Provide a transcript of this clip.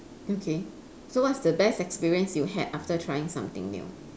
okay so what's the best experience you had after trying something new